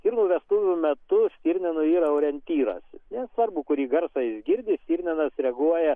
stirnų vestuvių metu stirninui yra orientyras nesvarbu kurį garsą jis girdi stirninas reaguoja